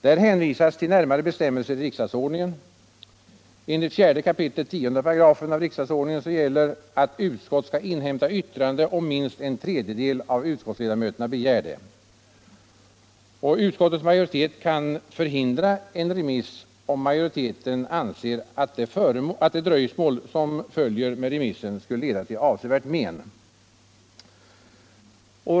Där hänvisas till närmare bestämmelser i riksdagsordningen. Enligt 4 kap. 10 § riksdagsordningen gäller att utskott skall inhämta yttrande om minst en tredjedel av utskottsledamöterna begär det. Utskottets majoritet kan förhindra en remiss om majoriteten anser att det dröjsmål som följer med remissen skulle leda till avsevärt men.